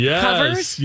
Yes